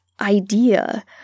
idea